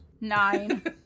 Nine